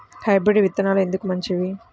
Hybrid విత్తనాలు ఎందుకు మంచివి?